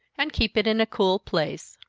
and keep it in a cool place.